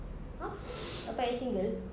!huh! apa I single